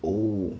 oh